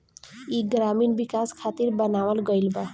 ई ग्रामीण विकाश खातिर बनावल गईल बा